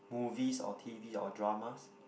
movies or t_v or dramas